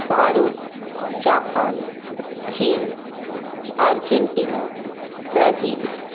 Bharat Japan চীন Argentina Brazil